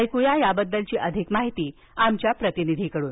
ऐकूया याबद्दलची अधिक माहिती आमच्या प्रतिनिधीकडून